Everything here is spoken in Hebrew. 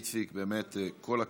איציק, באמת כל הכבוד.